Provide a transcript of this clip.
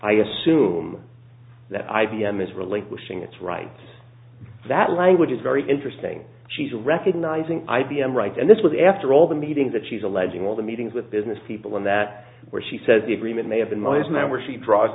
i assume that i b m is really pushing its right that language is very interesting she's recognizing i b m right and this was after all the meetings that she's alleging all the meetings with business people in that where she says the agreement may have been my is my where she draws